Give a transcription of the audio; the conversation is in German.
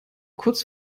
kurz